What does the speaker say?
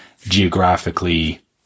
geographically